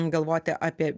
galvoti apie